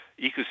ecosystem